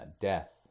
death